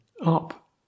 up